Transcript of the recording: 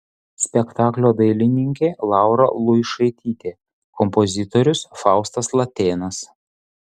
spektaklio dailininkė laura luišaitytė kompozitorius faustas latėnas